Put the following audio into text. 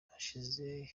hashize